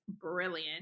brilliant